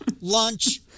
lunch